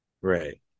Right